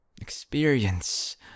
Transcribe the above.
Experience